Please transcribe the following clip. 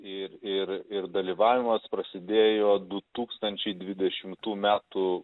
ir ir ir dalyvavimas prasidėjo du tūkstančiai dvidešimtų metų